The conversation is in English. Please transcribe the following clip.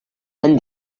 and